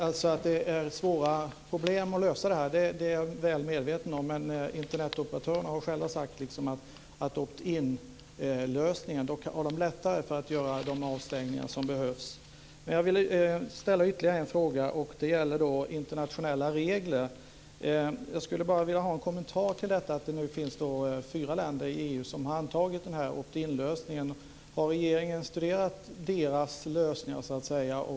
Fru talman! Att det är svåra problem med att lösa detta är jag väl medveten om, men Internetoperatörerna har själva sagt att det med opt-in-lösningen är lättare att göra de avstängningar som behövs. Jag vill ställa ytterligare en fråga, och det gäller internationella regler. Jag skulle vilja ha en kommentar till att det nu finns fyra länder i EU som antagit opt-in-lösningen. Har regeringens studerat deras lösningar?